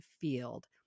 field